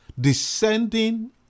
descending